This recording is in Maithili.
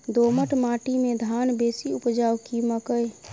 दोमट माटि मे धान बेसी उपजाउ की मकई?